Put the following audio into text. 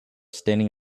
standing